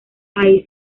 ahí